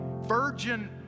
virgin